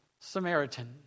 Samaritan